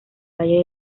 valle